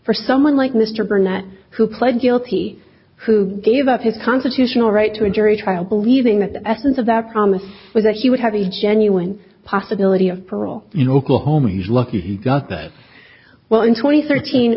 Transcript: for someone like mr barnett who pled guilty who gave up his constitutional right to a jury trial believing that the essence of that promise was that he would have a genuine possibility of parole in oklahoma he's lucky he got that well in twenty thirteen